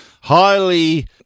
highly